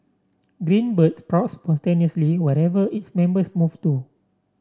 Green Bird sprouts spontaneously wherever its members move to